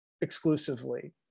exclusively